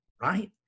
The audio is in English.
right